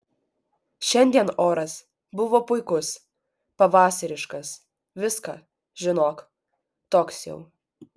šiandien oras buvo puikus pavasariškas viską žinok toks jau